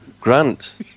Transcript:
Grant